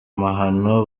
mahano